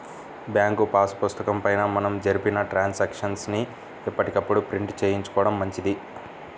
bank pass పుస్తకం పైన మనం జరిపిన ట్రాన్సాక్షన్స్ ని ఎప్పటికప్పుడు ప్రింట్ చేయించుకోడం మంచిది